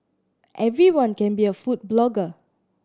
everyone can be a food blogger